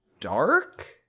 dark